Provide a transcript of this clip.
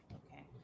okay